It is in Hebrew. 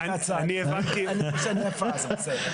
פחות אנשים - פחות פסולת.